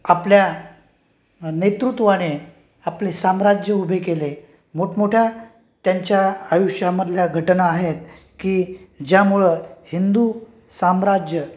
आपल्या नेतृत्वाने आपले साम्राज्य उभे केले मोठमोठ्या त्यांच्या आयुष्यामधल्या घटना आहेत की ज्यामुळे हिंदू साम्राज्य